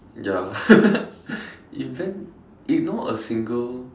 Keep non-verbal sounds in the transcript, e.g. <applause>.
ya <laughs> invent ignore a single